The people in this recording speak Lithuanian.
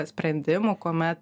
sprendimų kuomet